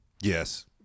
yes